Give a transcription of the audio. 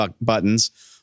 buttons